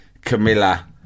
Camilla